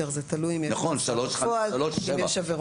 זה תלוי אם יש עבירות חמורות.